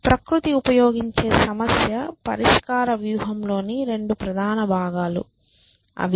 ప్రకృతి ఉపయోగించే సమస్య పరిష్కార వ్యూహంలోని 2 ప్రధాన భాగాలు ఇవి